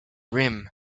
rim